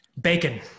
Bacon